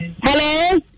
Hello